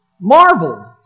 marveled